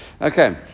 Okay